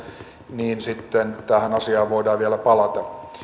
niin sitten tähän asiaan voidaan vielä palata